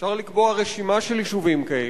אפשר לקבוע רשימה של יישובים כאלה,